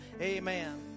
amen